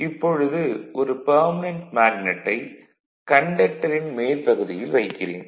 இப்பொழுது ஒரு பெர்மனென்ட் மேக்னட்டை கண்டக்டரின் மேற்பகுதியில் வைக்கிறேன்